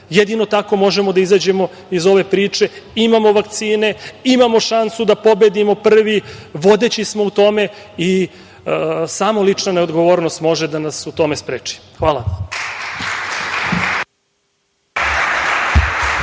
Jedino tako možemo da izađemo iz ove priče. Imamo vakcine, imamo šansu da pobedimo prvi. Vodeći smo u tome i samo lična neodgovornost može da nas u tome spreči. Hvala.